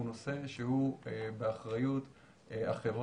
הוא נושא שהוא באחריות החברה,